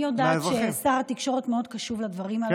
אני יודעת ששר התקשורת מאוד קשוב לדברים הללו.